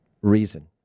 reason